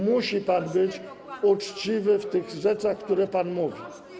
Musi pan być uczciwy w tych rzeczach, które pan mówi.